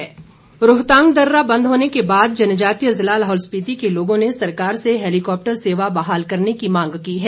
helicopter मांग रोहतांग दर्रा बंद होने के बाद जनजातीय जिला लाहौल स्पीति के लोगों ने सरकार से हैलीकाप्टर सेवा बहाल करने की मांग की है